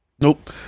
Nope